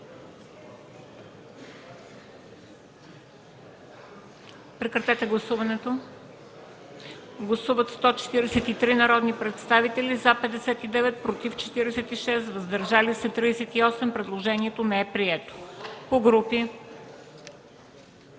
Прегласуване. Гласували 143 народни представители: за 59, против 46, въздържали се 38. Предложението не е прието.